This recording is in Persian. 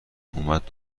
اومد